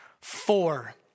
four